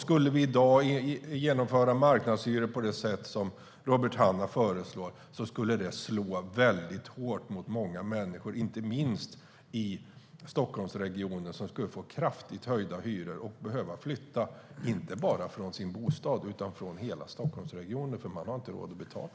Skulle vi i dag genomföra marknadshyror på det sätt som Robert Hannah föreslår skulle det slå hårt mot många människor, inte minst i Stockholmsregionen, som skulle få kraftigt höjda hyror och behöva flytta, inte bara från sin bostad utan från Stockholmsregionen, eftersom de inte har råd att betala.